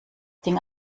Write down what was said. ding